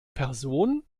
person